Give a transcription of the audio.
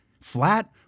Flat